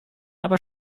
aber